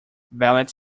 valet